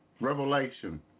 revelation